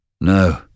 No